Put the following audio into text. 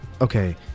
Okay